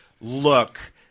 look